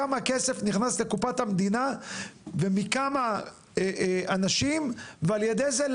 כמה כסף נכנס לקופת המדינה ומכמה אנשים ועל ידי זה,